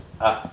ah